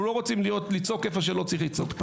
אבל אנחנו לא רוצים לצעוק איפה שלא צריך לצעוק.